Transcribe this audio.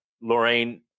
Lorraine